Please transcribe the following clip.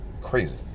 crazy